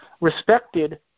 respected